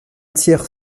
tiers